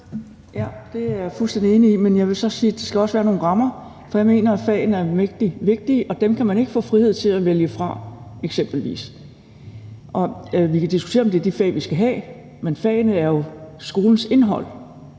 det er jeg fuldstændig enig i, men jeg vil så sige, at der også skal være nogle rammer, for jeg mener, at fagene er mægtig vigtige, og dem kan man eksempelvis ikke få frihed til at vælge fra. Vi kan diskutere, om det er de fag, vi skal have, men fagene er jo skolens indhold.